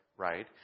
Right